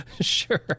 Sure